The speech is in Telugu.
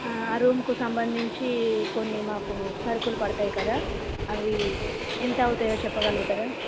రూమ్కు సంబంధించి కొన్ని మాకు సరుకులు పడతాయి కదా అవి ఎంత అవుతాయో చెప్పగలుగుతరా